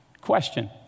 Question